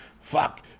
fuck